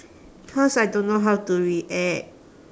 because I don't know how to react